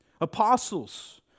Apostles